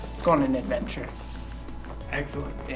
it's going on an adventure excellent.